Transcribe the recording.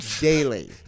daily